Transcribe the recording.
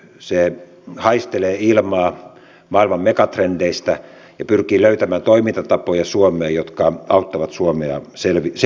se haistelee ilmaa maailman megatrendeistä ja pyrkii löytämään toimintatapoja suomeen jotka auttavat suomea selviämään tulevaisuudesta